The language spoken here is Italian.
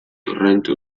torrente